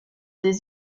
des